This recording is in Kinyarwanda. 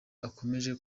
akomeje